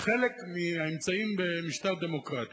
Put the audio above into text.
כי חלק מהאמצעים במשטר דמוקרטי,